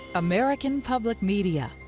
american public media,